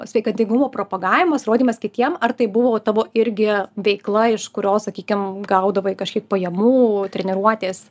sveikatingumo propagavimas rodymas kitiems ar tai buvo tavo irgi veikla iš kurios sakykim gaudavai kažkiek pajamų treniruotės